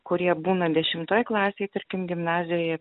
kurie būna dešimtoj klasėj tarkim gimnazijoje